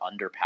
underpowered